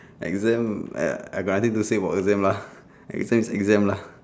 exam uh I got nothing to say about exam lah exam is exam lah